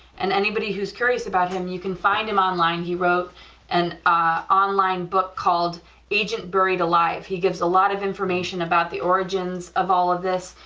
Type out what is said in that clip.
and anybody who is curious about him, you can find him online, he wrote an online book called agent buried alive, he gives a lot of information about the origins of all of this,